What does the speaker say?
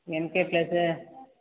N K plus